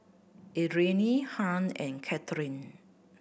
Adrienne Hunt and Kathyrn